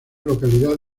localidad